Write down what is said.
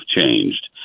changed